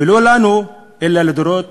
ולא לנו, אלא לדורות